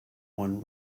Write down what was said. one